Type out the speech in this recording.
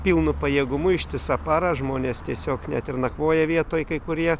pilnu pajėgumu ištisą parą žmonės tiesiog net ir nakvoja vietoj kai kurie